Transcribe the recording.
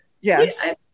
yes